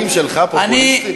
הדברים שלך, פופוליסטי?